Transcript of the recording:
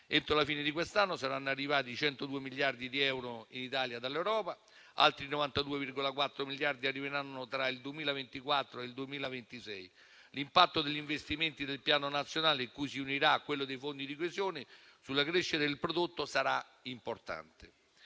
Entro la fine di quest'anno saranno arrivati 102 miliardi di euro in Italia dall'Europa, altri 92,4 miliardi arriveranno tra il 2024 e il 2026. L'impatto degli investimenti del Piano nazionale, cui si unirà quello dei fondi di coesione, sulla crescita del prodotto sarà importante.